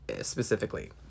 specifically